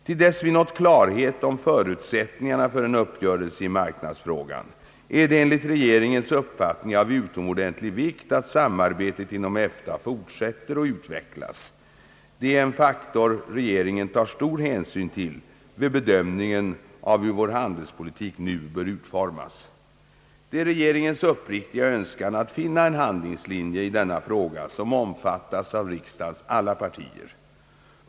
Till dess vi nått klarhet om förutsättningarna för en uppgörelse i marknadsfrågan är det enligt regeringens uppfattning av utomordentlig vikt att samarbetet inom EFTA fortsätter och utvecklas. Det är en faktor regeringen tar stor hänsyn till vid bedömningen av hur vår handelspolitik nu bör utformas. Det är regeringens uppriktiga önskan att finna en handlingslinje i denna fråga som omfattas av riksdagens alla partier.